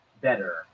better